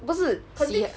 不是洗了